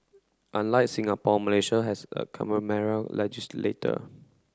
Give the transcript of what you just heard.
unlike Singapore Malaysia has a legislator